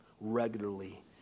regularly